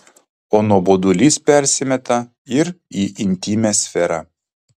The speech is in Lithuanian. o nuobodulys persimeta ir į intymią sferą